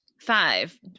Five